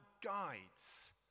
guides